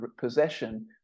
possession